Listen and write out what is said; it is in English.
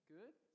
Good